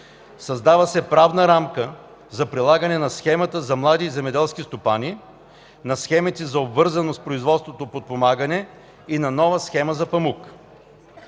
Създава се правна рамка за прилагане на Схемата за млади земеделски стопани, на схемите за обвързано с производството подпомагане и на нова схема за памук.